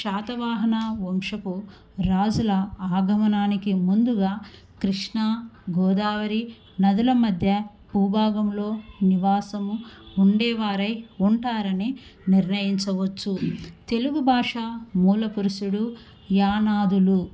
శాతవాహన వంశపు రాజుల ఆగమనానికి ముందుగా కృష్ణ గోదావరి నదుల మధ్య పూభాగంలో నివాసము ఉండేవారే ఉంటారని నిర్ణయించవచ్చు తెలుగు భాష మూల పురుసుుడు యానాదులు